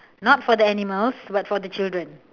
not for the animals but for the children